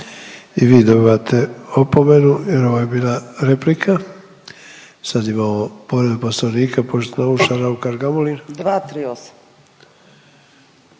i vi dobivate opomenu jer ovo je bila replika. Sad imamo povredu Poslovnika poštovana Urša Raukar Gamulin.